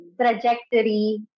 trajectory